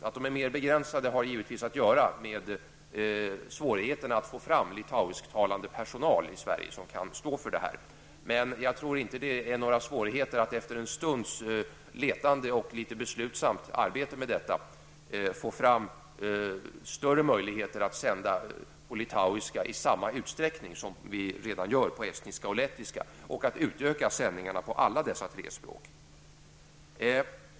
Att de är mer begränsade har naturligtvis att göra med svårigheten att i Sverige få fram litauisktalande personal för sändningarna. Men jag tror inte att det är några svårigheter att efter en stunds letande och litet beslutsamt arbete med detta få fram större möjligheter att sända på litauiska i samma utsträckning som redan sker på estniska och lettiska och också utöka sändningarna på alla dessa tre språk.